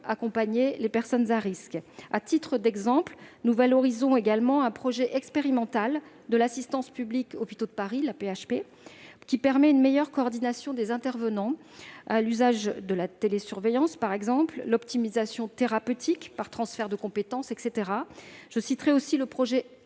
accompagner les personnes à risque. À titre d'exemple, nous valorisons également un projet expérimental de l'Assistance publique - Hôpitaux de Paris, l'AP-HP, qui permet une meilleure coordination des intervenants à l'usage de la télésurveillance, l'optimisation thérapeutique par transfert de compétences, etc. Je citerai aussi le projet As